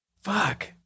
fuck